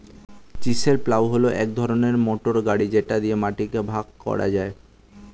chisel plough হল এক ধরনের মোটর গাড়ি যেটা দিয়ে মাটিকে ভাগ করা যায়